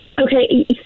Okay